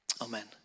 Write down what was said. Amen